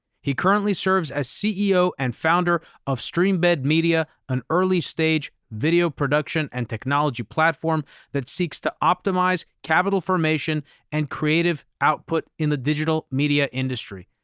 he currently serves as ceo and founder of streambed but media, an early-stage video production and technology platform that seeks to optimize capital formation and creative output in the digital media industry.